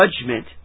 Judgment